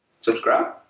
subscribe